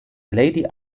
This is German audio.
lady